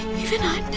even i